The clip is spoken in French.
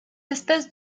espèces